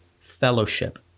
fellowship